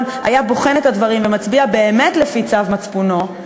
היה בוחן את הדברים ומצביע באמת לפי צו מצפונו,